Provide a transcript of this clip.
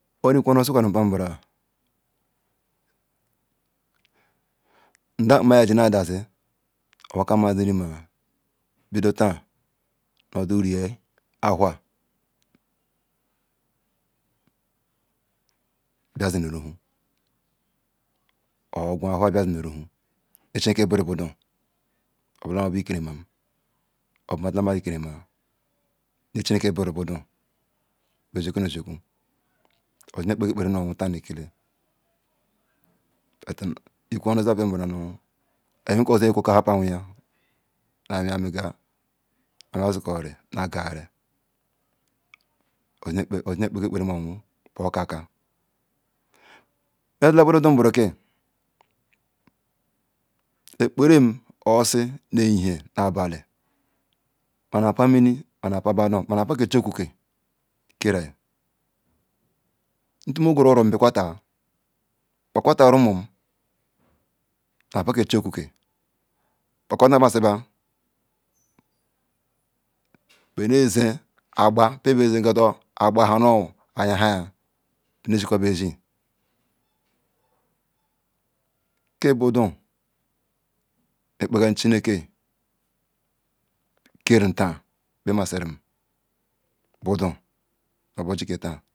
Iku oun osi kamru pa nburah Nda ema ji na dash nu owa ka ma sirima bxdu ta ndu owa ka ma mbu ogue hawa zi nu uruhu nge ke chinike bere budu obula nu obu ike rema obula si nu bu ike rema nye chinike bore budu ne eziku pe ezikw ozi nye pekga apera ni nya iyowu ta nu ikele, iku onu isi pa bun rewu si osi nye ku oka habu awuji nu ha huwyi mega, nu hawya si ko na ga hari osi nye pekya apcra ni nya iyowu na kaka Mezi ca budu du bere ki apera mi nu osisi nu eyinhe nu abaue ma nu afa mini manu apa badu ma nu apa ki chiokeke kerale ntu ga guru orom bikata, pakata rumum nu apa ki chiokeke nkowa masi ba benzi agba pe bezi ga na agba nu mu ayahaya ni zi kaba ezi ki budu mey pekgalam chinike revem